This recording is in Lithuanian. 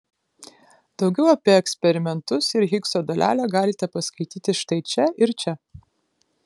daugiau apie eksperimentus ir higso dalelę galite paskaityti štai čia ir čia